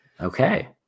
Okay